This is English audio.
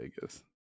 Vegas